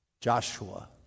Joshua